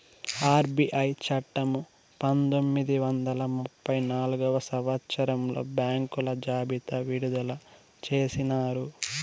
RBI చట్టము పంతొమ్మిది వందల ముప్పై నాల్గవ సంవచ్చరంలో బ్యాంకుల జాబితా విడుదల చేసినారు